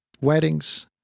weddings